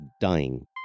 dying